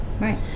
right